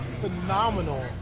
phenomenal